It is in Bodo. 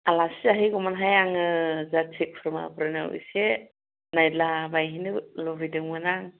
आलासि जाहैगौमोनहाय आङो जाथि खुरमाफोरनाव एसे नायलाबायहैनो लुबैदोंमोन आं